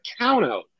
countout